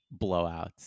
blowouts